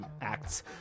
acts